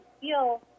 feel